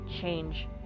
change